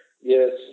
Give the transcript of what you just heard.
Yes